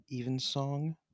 Evensong